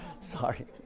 Sorry